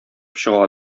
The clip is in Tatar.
чыга